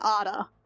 Ada